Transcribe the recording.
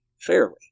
fairly